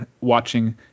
watching